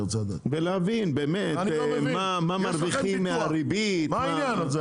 ובאמת להבין מה מרוויחים מהריבית -- מה העניין הזה?